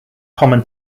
common